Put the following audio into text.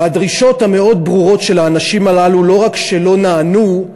והדרישות המאוד ברורות של האנשים הללו לא רק שלא נענו,